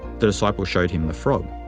the disciple showed him the frog.